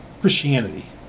Christianity